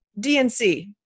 DNC